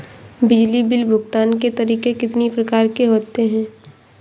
बिजली बिल भुगतान के तरीके कितनी प्रकार के होते हैं?